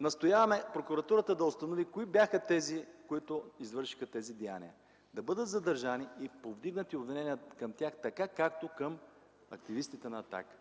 Настояваме Прокуратурата да установи кои бяха тези, които извършиха тези деяния, да бъдат задържани и повдигнати обвинения към тях, както към активистите на „Атака”.